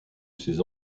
ses